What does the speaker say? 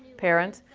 parents,